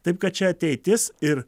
taip kad čia ateitis ir